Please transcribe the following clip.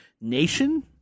Nation